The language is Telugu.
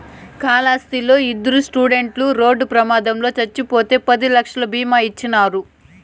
కాళహస్తిలా ఇద్దరు స్టూడెంట్లు రోడ్డు ప్రమాదంలో చచ్చిపోతే పది లక్షలు బీమా ఇచ్చినారు